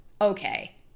Okay